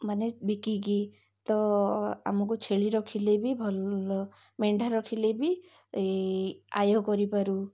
ମାନେ ବିକିକି ତ ଆମକୁ ଛେଳି ରଖିଲେ ବି ଭଲ ମେଣ୍ଢା ରଖିଲେ ବି ଆୟ କରିପାରୁ